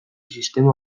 sistema